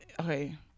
okay